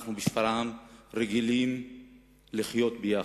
אנחנו בשפרעם רגילים לחיות ביחד,